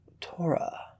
Torah